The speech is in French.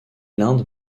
l’inde